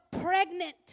pregnant